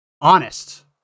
honest